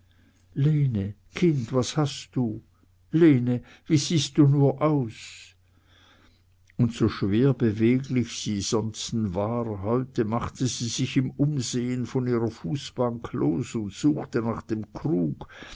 lene kind was hast du lene wie siehst du nur aus und so schwer beweglich sie sonsten war heute machte sie sich im umsehn von ihrer fußbank los und suchte nach dem krug